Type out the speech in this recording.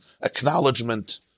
Acknowledgement